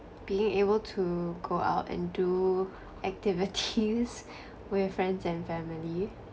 being able to go out and do activities with friends and family